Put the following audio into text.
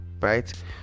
right